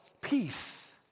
Peace